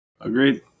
agreed